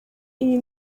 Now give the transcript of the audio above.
iyi